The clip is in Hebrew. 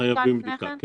חייבים בדיקה.